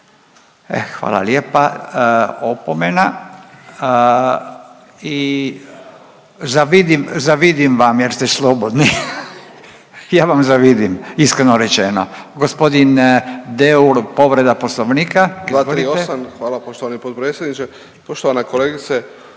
hvala lijepa, opomena. I zavidim, zavidim vam jer ste slobodni. Ja vam zavidim, iskreno rečeno. Gospodin Deur, povreda Poslovnika. Izvolite. **Deur, Ante (HDZ)** 238. hvala poštovani potpredsjedniče. Poštovana kolegice,